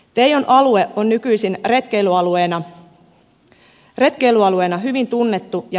teijon alue on nykyisin retkeilyalueena hyvin tunnettu ja vetovoimainen